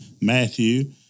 Matthew